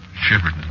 shivered